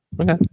Okay